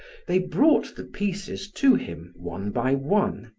they brought the pieces to him one by one.